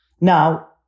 Now